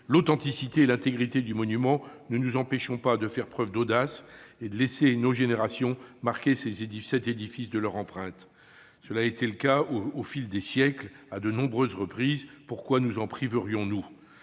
l'authenticité et l'intégrité du monument, ne nous empêchons pas de faire preuve d'audace et de laisser nos générations marquer cet édifice de leur empreinte, comme cela s'est fait au fil des siècles, à de nombreuses reprises. Pourquoi nous en priverions-nous ?